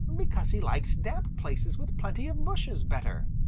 because he likes damp places with plenty of bushes better,